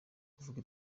kuvuga